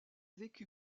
vécu